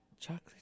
Chocolate